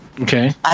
Okay